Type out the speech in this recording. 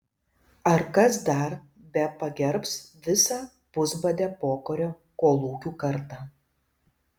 ar kas dar bepagerbs visą pusbadę pokario kolūkių kartą